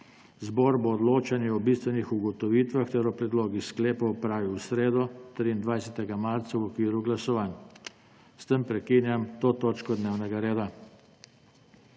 Zbor bo odločanje o bistvenih ugotovitvah ter o predlogih sklepov opravil v sredo, 23. marca, v okviru glasovanj. S tem prekinjam to točko dnevnega reda.